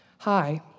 hi